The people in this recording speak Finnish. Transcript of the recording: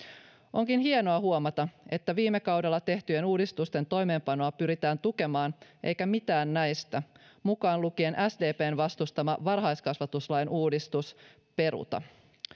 onkin hienoa huomata että viime kaudella tehtyjen uudistusten toimeenpanoa pyritään tukemaan eikä mitään näistä mukaan lukien sdpn vastustama varhaiskasvatuslain uudistus peruta